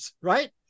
right